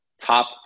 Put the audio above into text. top